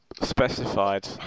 specified